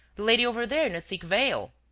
the lady over there, in a thick veil.